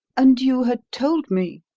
and you had told me,